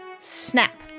snap